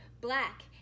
black